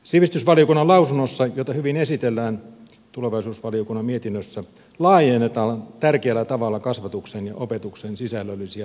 sivistysvaliokunnan lausunnossa jota hyvin esitellään tulevaisuusvaliokunnan mietinnössä laajennetaan tärkeällä tavalla kasvatuksen ja opetuksen sisällöllisiä tavoitteita